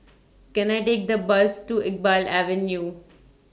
Can I Take The Bus to Iqbal Avenue